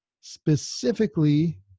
specifically